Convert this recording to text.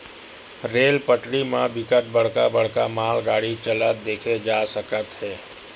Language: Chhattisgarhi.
रेल पटरी म बिकट बड़का बड़का मालगाड़ी चलत देखे जा सकत हे